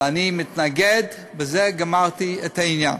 ואני מתנגד, ובזה גמרתי את העניין.